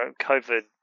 COVID